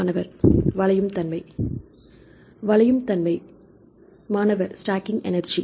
மாணவர் வளைவுத்தன்மை வளைவுத்தன்மை மாணவர் ஸ்டாக்கிங் எனர்ஜி